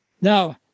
Now